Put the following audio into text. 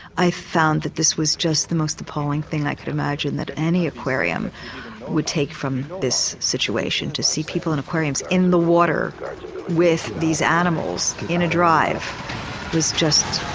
i found that this was just the most appalling thing i could imagine, that any aquarium would take from this situation, to see people from aquariums in the water with these animals in a drive was just